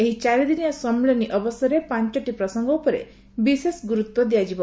ଏହି ଚାରିଦିନିଆ ସମ୍ମିଳନୀ ଅବସରରେ ପାଞ୍ଚୋଟି ପ୍ରସଙ୍ଗ ଉପରେ ବିଶେଷ ଗୁରୁତ୍ୱ ଦିଆଯିବ